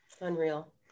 Unreal